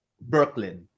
brooklyn